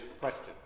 question